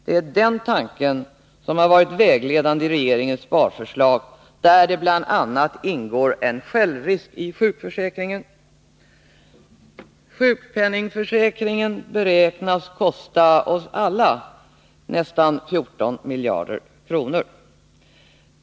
Det är den tanken som har varit vägledande i regeringens sparförslag, där det bl.a. ingår en självrisk i sjukförsäkringen. Sjukförsäkringen beräknas kosta oss alla nästan 14 miljarder kronor.